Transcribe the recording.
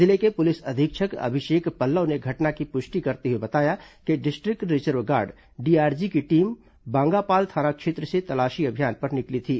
जिले के पुलिस अधीक्षक अभिषेक पल्लव ने घटना की पुष्टि करते हुए बताया कि डिस्ट्रिक्ट रिजर्व गार्ड डीआरजी की टीम बांगापाल थाना क्षेत्र से तलाशी अभियान पर निकली थी